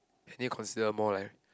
then you consider more like